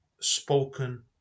spoken